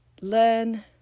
learn